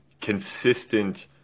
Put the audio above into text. Consistent